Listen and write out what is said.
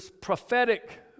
prophetic